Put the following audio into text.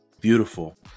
Beautiful